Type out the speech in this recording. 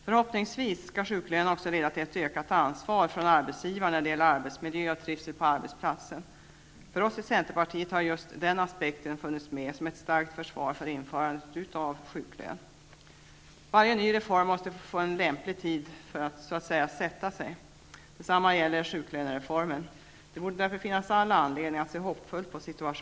Förhoppningsvis leder sjuklönen också till ett ökat ansvar från arbetsgivarens sida när det gäller arbetsmiljö och trivsel på arbetsplatsen. För oss i centerpartiet har just den aspekten funnits med som ett starkt försvar för införandet av sjuklön. Varje ny reform måste få lämpligt avsatt tid för att så att säga sätta sig. Detsamma gäller sjuklönereformen. Vi borde därför ha all anledning att se hoppfullt på situationen.